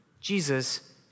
Jesus